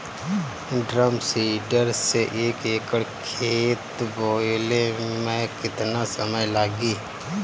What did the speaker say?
Drum seeder से एक एकड़ खेत बोयले मै कितना समय लागी?